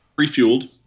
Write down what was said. Refueled